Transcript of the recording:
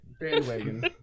Bandwagon